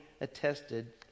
attested